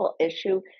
issue